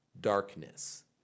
darkness